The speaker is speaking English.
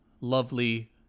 lovely